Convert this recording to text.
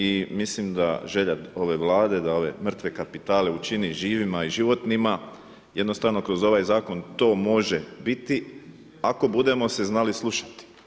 I mislim da želja ove Vlade, da mrtve kapitale učini živima i životnima jednostavno kroz ovaj zakon to može biti ako budemo se znali slušati.